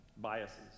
biases